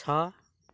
छ